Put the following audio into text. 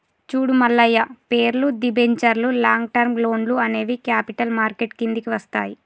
చూడు మల్లయ్య పేర్లు, దిబెంచర్లు లాంగ్ టర్మ్ లోన్లు అనేవి క్యాపిటల్ మార్కెట్ కిందికి వస్తాయి